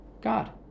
God